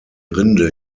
rinde